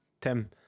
Tim